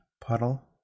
puddle